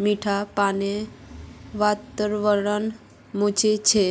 मीठा पानीर वातावरणत मौजूद छे